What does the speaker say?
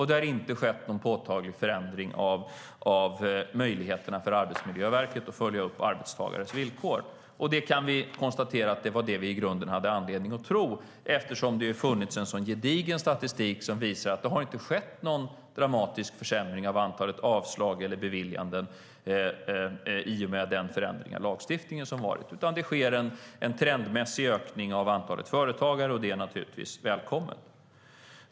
Det har inte heller skett någon påtaglig förändring av möjligheterna för Arbetsmiljöverket att följa upp arbetstagares villkor. Det var det som vi i grunden hade anledning att tro eftersom det har funnits gedigen statistik som visar att det inte har skett någon dramatisk försämring av antalet avslag eller beviljanden i och med förändringen av lagstiftningen. Det sker en trendmässig ökning av antalet företagare, och det är naturligtvis välkommet.